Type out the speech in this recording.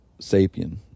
sapien